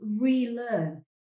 relearn